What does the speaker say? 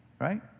Right